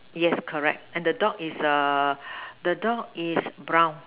yes correct and the dog is err the dog is brown